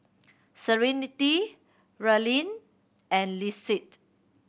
Serenity Raelynn and Lissette